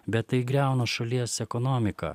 bet tai griauna šalies ekonomiką